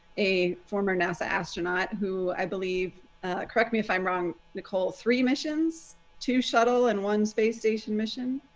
a former nasa astronaut who i believe correct me if i'm wrong. nicole, three missions two shuttle and one space station mission.